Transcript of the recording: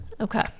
Okay